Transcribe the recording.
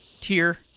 tier